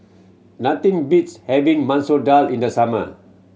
nothing beats having Masoor Dal in the summer